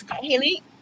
Haley